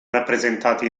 rappresentati